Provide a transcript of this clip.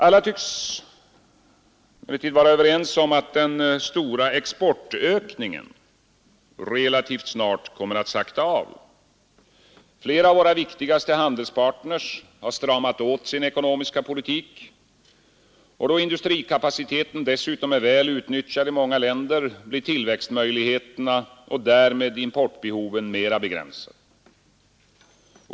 Alla tycks emellertid vara överens om att den stora exportökningen relativt snart kommer att sakta av. Flera av våra viktigaste handelspartners har stramat åt sin ekonomiska politik. Då industrikapaciteten dessutom är väl utnyttjad i många länder blir tillväxtmöjligheterna och därmed importbehoven mera begränsade.